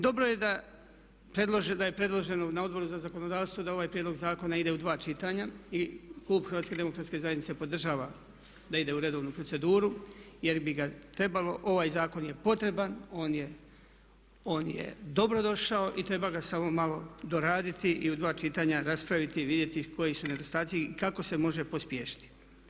Dobro je da je predloženo na Odboru za zakonodavstvo da ovaj prijedlog zakona ide u dva čitanja i Klub HDZ-a podržava da ide u redovnu proceduru jer bi ga trebalo, ovaj zakon je potreban, on je dobrodošao i treba ga samo malo doraditi i u dva čitanja raspraviti i vidjeti koji su nedostaci i kako se može pospješiti.